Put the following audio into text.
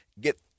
get